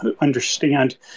understand